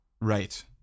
Right